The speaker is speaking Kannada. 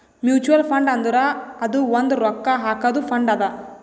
ಮ್ಯುಚುವಲ್ ಫಂಡ್ ಅಂದುರ್ ಅದು ಒಂದ್ ರೊಕ್ಕಾ ಹಾಕಾದು ಫಂಡ್ ಅದಾ